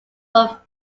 but